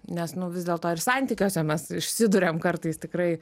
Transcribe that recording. nes nu vis dėl to ir santykiuose mes išsiduriam kartais tikrai